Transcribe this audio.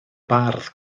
bardd